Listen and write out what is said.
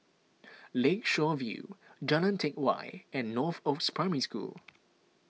Lakeshore View Jalan Teck Whye and Northoaks Primary School